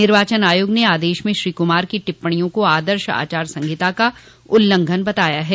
निर्वाचन आयोग ने आदेश में श्री कुमार की टिप्पणियों को आदर्श आचार संहिता का उल्लंघन बताया है